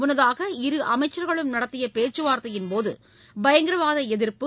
முன்னதாக இரு அமைச்சர்களும் நடத்திய பேச்சு வார்த்தையின் போது பயங்கரவாத எதிர்ப்பு